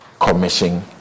Commission